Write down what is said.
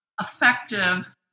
effective